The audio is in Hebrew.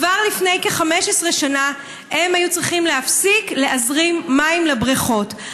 כבר לפני כ-15 שנה הם היו צריכים להפסיק מים לבריכות.